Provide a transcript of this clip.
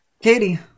Katie